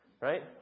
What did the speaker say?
Right